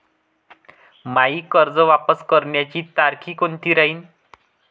मायी कर्ज वापस करण्याची तारखी कोनती राहीन?